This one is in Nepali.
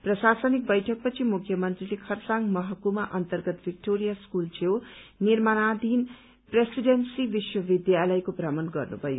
प्रशासनिक बैठक पछि मुख्यमन्त्री खरसाङ महकुमा अन्तर्गत भिक्टोरिया स्कूल छेउ निर्माणाधीन प्रेसीडेन्सी विश्वविद्यालय भ्रमण गर्नुभयो